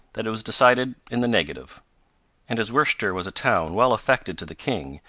that it was decided in the negative and as worcester was a town well affected to the king,